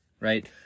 right